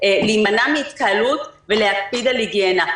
להימנע מהתקהלות ולהקפיד על היגיינה.